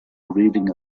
reading